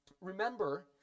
Remember